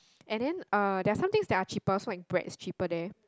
and then uh there are some things that are cheaper so like bread is cheaper there